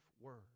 word